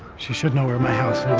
she should know where my house